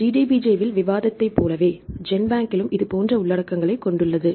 எனவே DDBJவில் விவாதித்ததைப் போலவே ஜென்பேங்க்லும் இதேபோன்ற உள்ளடக்கங்களைகொண்டுள்ளது